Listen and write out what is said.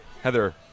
Heather